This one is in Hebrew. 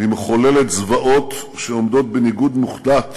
והיא מחוללת זוועות שעומדות בניגוד מוחלט